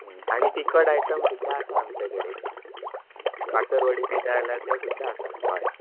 आनी तिखट आयटम सुद्दां आसा आमचे कडेन बाकर वाडी बी जाय जाल्यार ते सुद्दां आसा हय